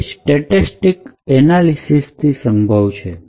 એ static analysis સંભવ છે